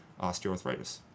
osteoarthritis